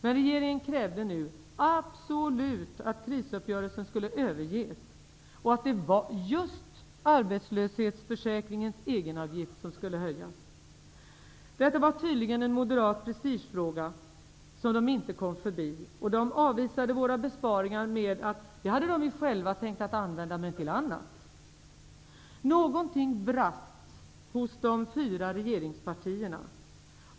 Men regeringen krävde nu absolut att krisuppgörelsen skulle överges och att det var just arbetslöshetsförsäkringens egenavgift som skulle höjas. Detta var tydligen en prestigefråga för Moderaterna, som de inte kom förbi. Och de avvisade våra besparingar med att de själva hade tänkt använda dessa besparingar till annat. Något brast hos de fyra regeringspartierna.